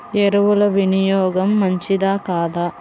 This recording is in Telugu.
ఎరువుల వినియోగం మంచిదా కాదా?